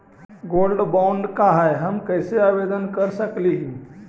Gold bond का है, हम कैसे आवेदन कर सकली ही?